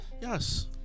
Yes